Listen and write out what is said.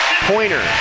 Pointer